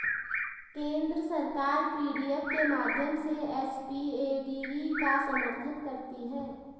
केंद्र सरकार पी.डी.एफ के माध्यम से एस.पी.ए.डी.ई का समर्थन करती है